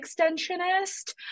extensionist